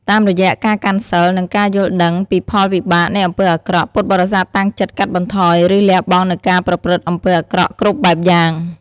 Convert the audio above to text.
តាមរយៈការកាន់សីល និងការយល់ដឹងពីផលវិបាកនៃអំពើអាក្រក់ ពុទ្ធបរិស័ទតាំងចិត្តកាត់បន្ថយ ឬលះបង់នូវការប្រព្រឹត្តអំពើអាក្រក់គ្រប់បែបយ៉ាង។